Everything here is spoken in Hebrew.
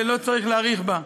ולא צריך להאריך בה.